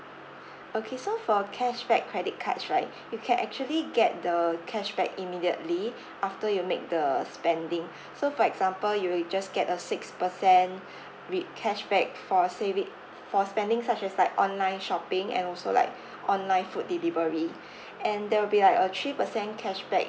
okay so for cashback credit cards right you can actually get the cashback immediately after you make the spending so for example you will just get a six percent re~ cashback for a saving f~ for spending such as like online shopping and also like online food delivery and there will be like a three percent cashback